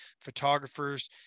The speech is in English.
photographers